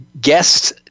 guest